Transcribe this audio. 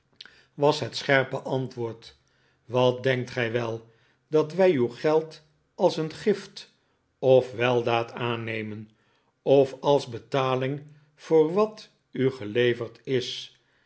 was het scherpe antwooed wat denkt gij wel dat wij uw geld als een gift of weldaad aannemen of als betaling vooe wat u geleverd is